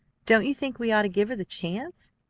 don't you think we ought to give her the chance?